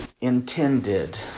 intended